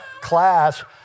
class